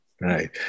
right